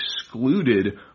excluded